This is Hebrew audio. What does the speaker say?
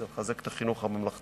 זה לחזק את החינוך הממלכתי-דתי,